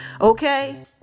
okay